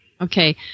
Okay